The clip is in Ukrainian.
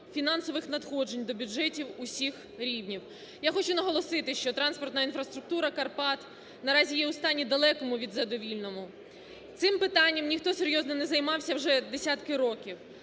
фінансових надходжень до бюджетів усіх рівнів. Я хочу наголосити, що транспортна інфраструктура Карпат наразі є у стані далекому від задовільного, цим питанням ніхто серйозно не займався вже десятки років.